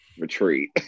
retreat